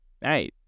Hey